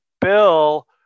Bill